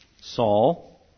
Saul